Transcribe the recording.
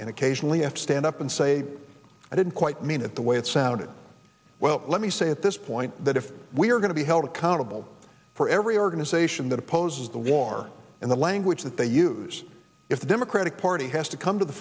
and occasionally if stand up and say i didn't quite mean it the way it sounded well let me say at this point that if we are going to be held accountable for every organization that opposes the war and the language that they use if the democratic party has to come to the